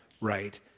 right